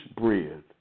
bread